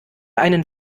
einen